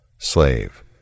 Slave